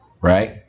right